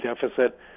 deficit